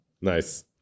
nice